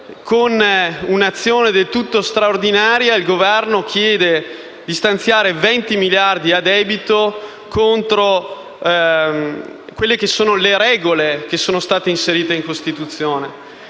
con un'azione del tutto straordinaria, il Governo chiede di stanziare 20 miliardi a debito, contro le regole che sono state inserite in Costituzione.